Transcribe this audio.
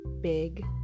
big